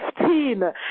15